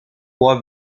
può